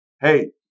hey